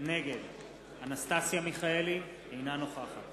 נגד אנסטסיה מיכאלי, אינה נוכחת